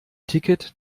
ticket